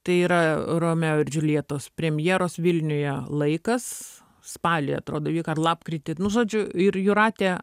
tai yra romeo ir džuljetos premjeros vilniuje laikas spalį atrodo vyko ar lapkritį nu žodžiu ir jūratė